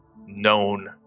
known